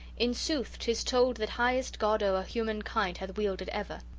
in sooth tis told that highest god o'er human kind hath wielded ever!